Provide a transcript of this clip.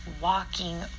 walking